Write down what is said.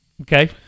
Okay